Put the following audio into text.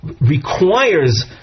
requires